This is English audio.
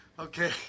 Okay